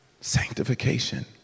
sanctification